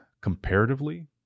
comparatively